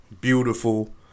beautiful